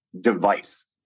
device